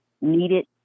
needed